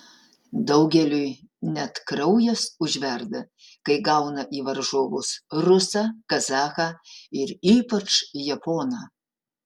daugeliui net kraujas užverda kai gauna į varžovus rusą kazachą ir ypač japoną